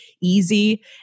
easy